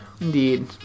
Indeed